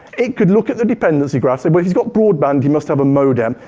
it could look at the dependency graphs, and where he's got broadband, he must have a modem.